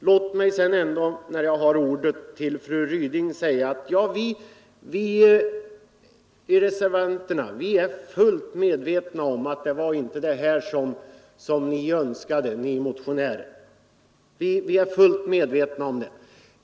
Låt mig sedan, när jag ändå har ordet, säga till fru Ryding att vi reservanter är fullt medvetna om att det inte var detta som ni motionärer önskade.